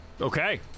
okay